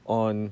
on